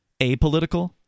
apolitical